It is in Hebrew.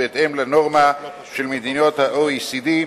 ובהתאם לנורמה של מדינות ה-OECD,